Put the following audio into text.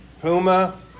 Puma